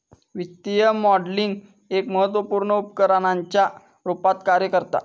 वित्तीय मॉडलिंग एक महत्त्वपुर्ण उपकरणाच्या रुपात कार्य करता